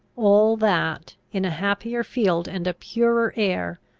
all that, in a happier field and a purer air,